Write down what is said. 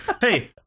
Hey